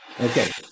Okay